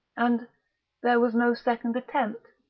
and there was no second attempt.